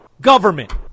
government